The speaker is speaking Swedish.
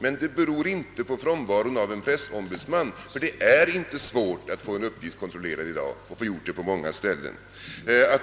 Men det beror inte på frånvaron av en pressombudsman, ty det är inte svårt att få en uppgift kontrollerad i dag och få den kontrollerad på många ställen.